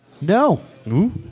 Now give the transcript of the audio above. No